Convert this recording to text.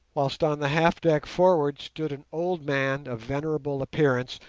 whilst on the half-deck forward stood an old man of venerable appearance,